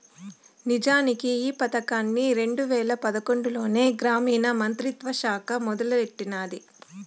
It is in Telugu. నిజానికి ఈ పదకాన్ని రెండు వేల పదకొండులోనే గ్రామీణ మంత్రిత్వ శాఖ మొదలెట్టినాది